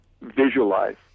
visualize